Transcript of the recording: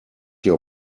your